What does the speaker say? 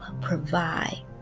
provide